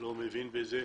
אני לא מבין בזה.